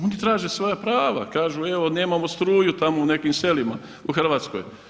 Oni traže svoja prava, kažu evo nemamo struju tamo u nekim selima u Hrvatskoj.